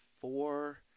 four